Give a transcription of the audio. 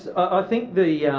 i think the yeah